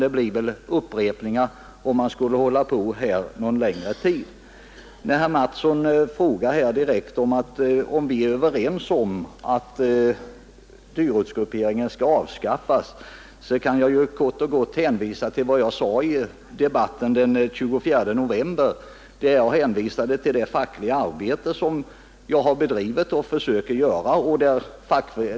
Det skulle bara bli upprepningar, om jag uppehöll mig vid detta någon längre stund. Med anledning av herr Mattssons direkta fråga om vi är överens om att dyrortsgrupperingen skall avskaffas kan jag helt kort hänvisa till vad jag sade i debatten den 24 november, där jag pekade på det fackliga arbete som jag har bedrivit och fortfarande bedriver.